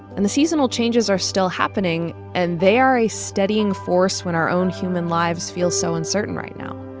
and the seasonal changes are still happening. and they are a steadying force when our own human lives feel so uncertain right now